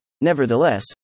nevertheless